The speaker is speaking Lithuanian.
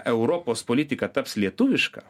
europos politika taps lietuviška